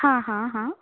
हां हां हां